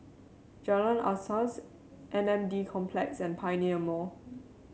Jalan Asas M N D Complex and Pioneer Mall